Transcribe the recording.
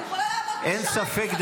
אין ספק,